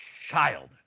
Child